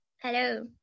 Hello